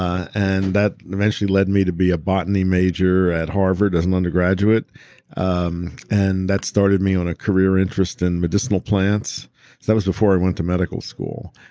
and that eventually led me to be a botany major at harvard as an undergraduate um and that started me on a career interest in medicinal plants. so that was before i went to medical school.